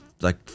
like-